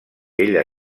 ella